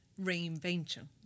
reinvention